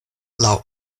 laŭ